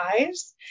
eyes